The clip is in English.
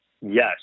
Yes